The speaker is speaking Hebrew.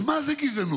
אז מה זאת גזענות?